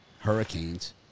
Hurricanes